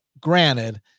granted